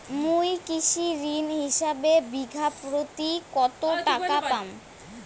মুই কৃষি ঋণ হিসাবে বিঘা প্রতি কতো টাকা পাম?